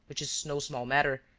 which is no small matter.